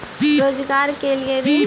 रोजगार के लिए ऋण?